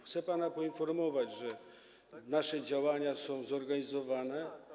Chcę pana poinformować, że nasze działania są zorganizowane.